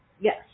Yes